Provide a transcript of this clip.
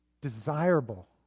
desirable